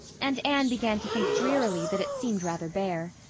and anne began to think drearily that it seemed rather bare.